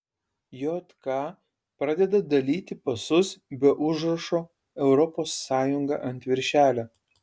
jk pradeda dalyti pasus be užrašo europos sąjunga ant viršelio